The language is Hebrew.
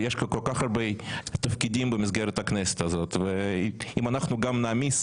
יש כל כך הרבה תפקידים במסגרת הכנסת הזאת ואם אנחנו גם נעמיס